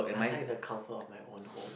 I like the comfort of my own home